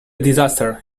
disaster